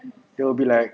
there will be like